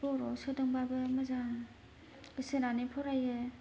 बर'याव सोदोंबाबो मोजां गोसो होनानै फरायो